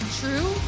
true